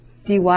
dy